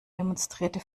demonstrierte